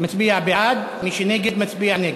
מצביע בעד, מי שנגד, מצביע נגד.